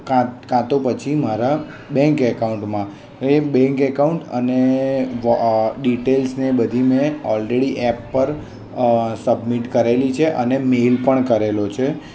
કાં કાં તો પછી મારા બેન્ક એકાઉન્ટમાં એ બેન્ક એકાઉન્ટ અને ડિટેલ્સને બધી મેં ઓલરેડી એપ પર સબમિટ કરેલી છે અને મેલ પણ કરેલો છે